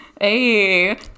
hey